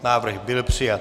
Návrh byl přijat.